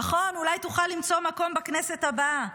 נכון, אולי תוכל למצוא מקום בכנסת הבאה,